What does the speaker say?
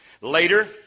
Later